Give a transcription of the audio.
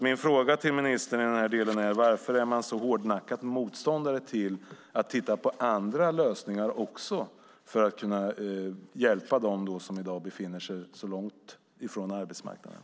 Min fråga till ministern i den här delen är: Varför är man så hårdnackat motståndare till att se på även andra lösningar för att hjälpa dem som i dag befinner sig långt från arbetsmarknaden?